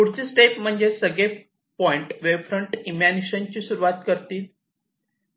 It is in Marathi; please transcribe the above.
पुढची स्टेप म्हणजे सगळे पॉईंट वेव्ह फ्रंट इमॅनिशनची सुरुवात करतील